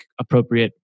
appropriate